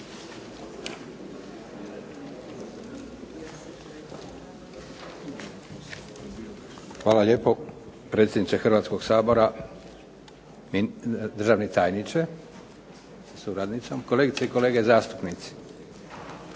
Hvala lijepo. Predsjedniče Hrvatskoga sabora, državni tajniče sa suradnicom, kolegice i kolege zastupnici.